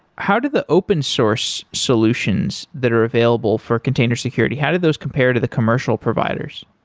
how did the open source solutions that are available for container security, how did those compare to the commercial providers?